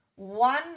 One